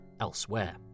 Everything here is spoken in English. elsewhere